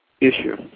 issue